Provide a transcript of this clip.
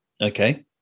Okay